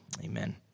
amen